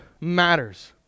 matters